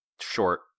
short